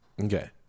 Okay